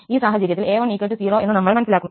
ഈ സാഹചര്യത്തിൽ 𝑎1 0 എന്ന് നമ്മൾ മനസ്സിലാക്കുന്നു